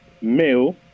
male